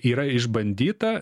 yra išbandyta